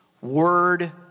Word